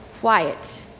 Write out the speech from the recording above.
quiet